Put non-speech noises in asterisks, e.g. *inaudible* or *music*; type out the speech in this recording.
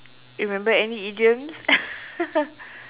remember any idioms *laughs*